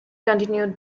continued